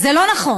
זה לא נכון,